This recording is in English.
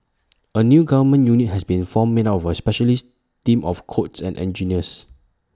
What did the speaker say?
A new government unit has been formed made up of A specialist team of codes and engineers